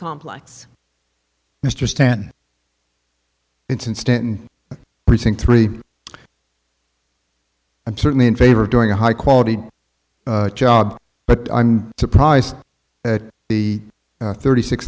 complex mr stan it's instant precinct three and certainly in favor of doing a high quality job but i'm surprised that the thirty six